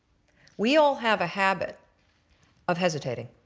we all have a habit of hesitating.